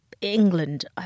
England